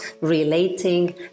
relating